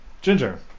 Ginger